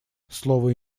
слово